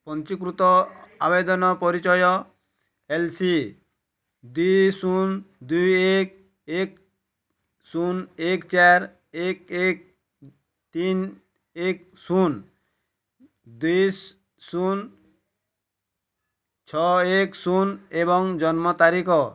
ପଞ୍ଜୀକୃତ ଆବେଦନ ପରିଚୟ ଏଲେସି ଦୁଇ ଶୂନ ଦୁଇ ଏକ୍ ଏକ୍ ଶୂନ ଏକ୍ ଚାରି ଏକ୍ ଏକ୍ ତିନି ଏକ୍ ଶୂନ ଦୁଇ ଶୂନ ଛଅ ଏକ୍ ଶୂନ ଏବଂ ଜନ୍ମ ତାରିଖ